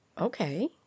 Okay